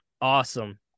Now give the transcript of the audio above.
Awesome